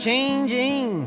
Changing